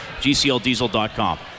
gcldiesel.com